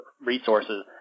resources